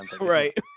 Right